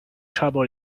trouble